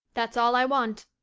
that's all i want.